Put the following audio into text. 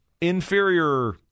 inferior